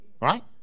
right